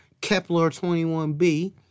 Kepler-21B